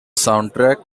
soundtrack